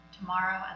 tomorrow